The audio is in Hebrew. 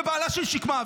ובעלה של שקמה,